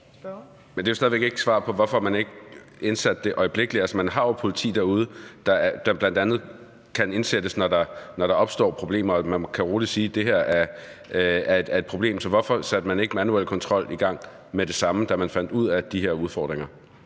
Men det er jo stadig væk ikke svar på, hvorfor man ikke indsatte det øjeblikkelig. Altså, man har jo politi derude, der bl.a. kan indsættes, når der opstår problemer. Og man kan roligt sige, at det her er et problem, så hvorfor satte man ikke manuel kontrol i gang med det samme, da man fandt ud af de her udfordringer?